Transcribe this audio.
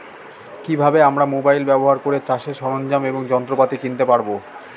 কি ভাবে আমরা মোবাইল ব্যাবহার করে চাষের সরঞ্জাম এবং যন্ত্রপাতি কিনতে পারবো?